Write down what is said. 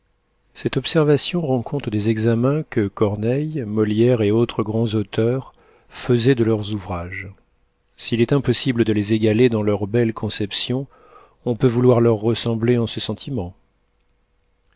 cette observation rend compte des examens que corneille molière et autres grands auteurs faisaient de leurs ouvrages s'il est impossible de les égaler dans leurs belles conceptions on peut vouloir leur ressembler en ce sentiment